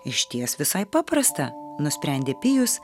išties visai paprasta nusprendė pijus